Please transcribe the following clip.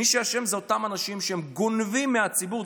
מי שאשם זה אותם אנשים שגונבים מהציבור.